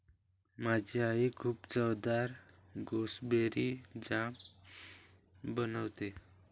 माझी आई खूप चवदार गुसबेरी जाम बनवते